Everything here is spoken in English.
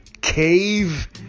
Cave